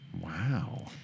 Wow